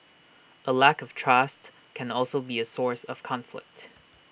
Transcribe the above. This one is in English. A lack of trust can also be A source of conflict